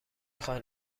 خواین